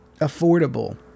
affordable